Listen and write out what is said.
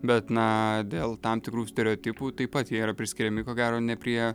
bet na dėl tam tikrų stereotipų taip pat jie yra priskiriami ko gero ne prie